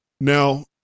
Now